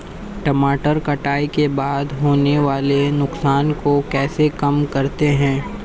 टमाटर कटाई के बाद होने वाले नुकसान को कैसे कम करते हैं?